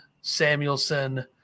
Samuelson